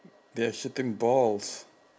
they are shooting balls